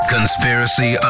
Conspiracy